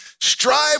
Strive